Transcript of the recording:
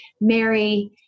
Mary